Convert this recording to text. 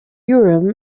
urim